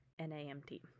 NAMT